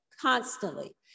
constantly